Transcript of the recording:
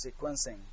sequencing